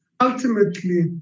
ultimately